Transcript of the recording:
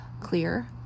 clear